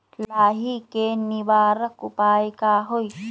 लाही के निवारक उपाय का होई?